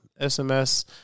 SMS